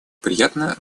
приятно